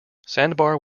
sandbar